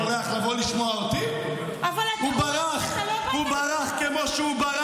היחיד שהיה פה זה בן צור, והוא ישב בסוף.